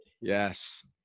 Yes